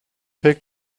pek